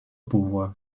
pouvoir